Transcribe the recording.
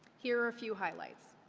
here are a few highlights.